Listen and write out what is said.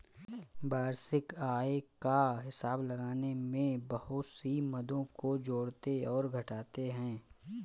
वार्षिक आय का हिसाब लगाने में बहुत सी मदों को जोड़ते और घटाते है